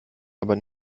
aber